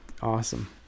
awesome